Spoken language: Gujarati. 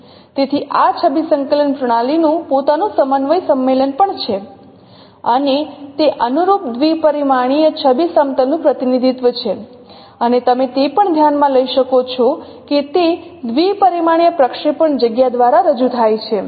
તેથી આ છબી સંકલન પ્રણાલીનું પોતાનું સમન્વય સંમેલન પણ છે અને તે અનુરૂપ દ્વિપરિમાણીય છબી સમતલ નું પ્રતિનિધિત્વ છે અને તમે તે પણ ધ્યાનમાં લઈ શકો છો કે તે દ્વિપરિમાણીય પ્રક્ષેપણ જગ્યા દ્વારા રજૂ થાય છે